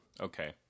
Okay